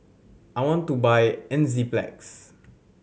I want to buy Enzyplex